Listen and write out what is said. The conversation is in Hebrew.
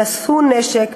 נשאו נשק,